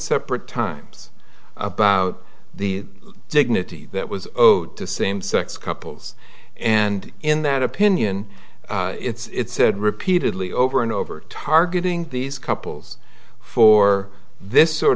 separate times about the dignity that was owed to same sex couples and in that opinion it's said repeatedly over and over targeting these couples for this sort